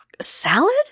Salad